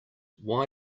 why